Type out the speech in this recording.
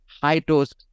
high-dose